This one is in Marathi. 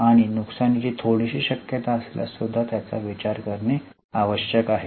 आणि नुकसानीची थोडीशी शक्यता असल्यास सुद्धा त्याचा विचार करणे आवश्यक आहे